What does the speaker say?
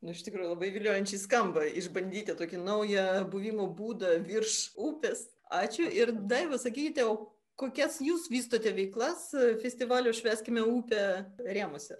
nu iš tikrųjų labai viliojančiai skamba išbandyti tokį naują buvimo būdą virš upės ačiū ir daiva sakykite kokias jūs vystote veiklas festivalio švęskime upę rėmuose